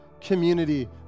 community